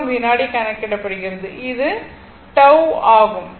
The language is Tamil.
1 வினாடி கணக்கிடப்படுகிறது அது t டவ் ஆகும்